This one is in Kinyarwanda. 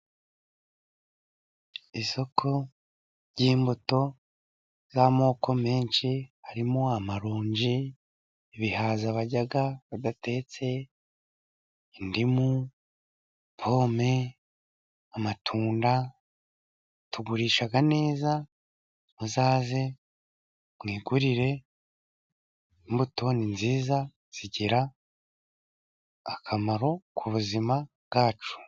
Isoko ry'imbuto z'amoko menshi harimo amaronji, ibihaza barya badatetse, indimu, pome, amatunda. Tugurisha neza, muzaze mwigurire imbuto ni nziza zigira akamaro ku buzima bwacu.